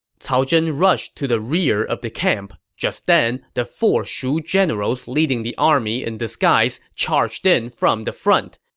cao zhen rushed to the rear of the camp. just then, the four shu generals leading the army in disguise charged in from the front.